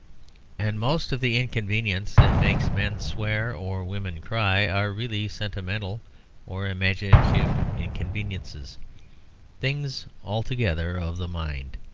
and most of the inconveniences that make men swear or women cry are really sentimental or imaginative inconveniences things altogether of the mind.